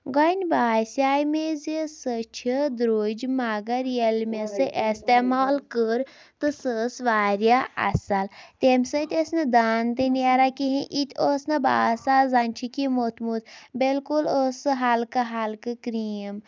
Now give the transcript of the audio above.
گۄنۍ باسیٛاے مےٚ زِ سۄ چھِ درٛوج مگر ییٚلہِ مےٚ اِستعمال کٔر تہٕ سۄ ٲس واریاہ اَصٕل تٔمۍ سۭتۍ ٲس نہٕ دانہٕ تہِ نیران کِہیٖنۍ یِتہِ اوس نہٕ باسان زَنہٕ چھِ کینٛہہ موٚتھمُت بالکل ٲس سُہ ہلکہٕ ہلکہٕ کرٛیٖم